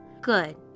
Good